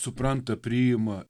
supranta priima